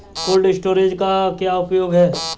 Cold storage का क्या उपयोग है?